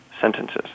sentences